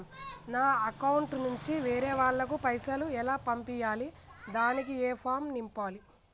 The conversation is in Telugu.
నా అకౌంట్ నుంచి వేరే వాళ్ళకు పైసలు ఎలా పంపియ్యాలి దానికి ఏ ఫామ్ నింపాలి?